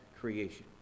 creation